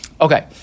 Okay